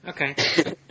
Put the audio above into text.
Okay